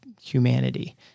humanity